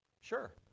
Sure